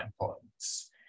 points